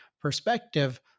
perspective